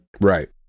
Right